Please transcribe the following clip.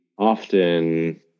often